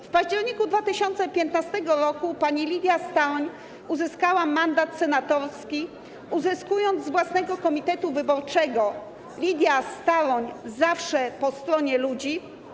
W październiku 2015 r. pani Lidia Staroń uzyskała mandat senatorski, uzyskując go z własnego komitetu wyborczego Lidia Staroń - Zawsze po stronie ludzi.